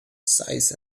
size